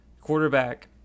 quarterback